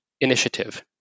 initiative